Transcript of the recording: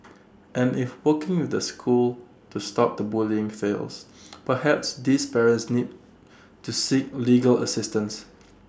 and if working with the school to stop the bullying fails perhaps these parents need to seek legal assistance